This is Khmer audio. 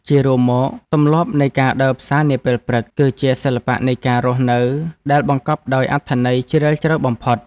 ជារួមមក ទម្លាប់នៃការដើរផ្សារនាពេលព្រឹក គឺជាសិល្បៈនៃការរស់នៅដែលបង្កប់ដោយអត្ថន័យជ្រាលជ្រៅបំផុត។